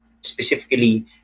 specifically